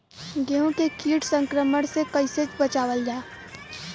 गेहूँ के कीट संक्रमण से कइसे बचावल जा?